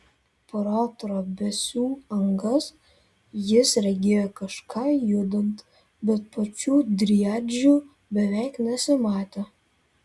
pro trobesių angas jis regėjo kažką judant bet pačių driadžių beveik nesimatė